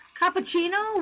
cappuccino